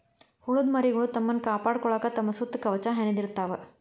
ಹುಳದ ಮರಿಗಳು ತಮ್ಮನ್ನ ಕಾಪಾಡಕೊಳಾಕ ತಮ್ಮ ಸುತ್ತ ಕವಚಾ ಹೆಣದಿರತಾವ